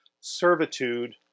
servitude